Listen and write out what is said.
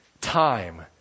time